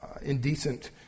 indecent